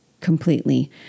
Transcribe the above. completely